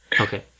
Okay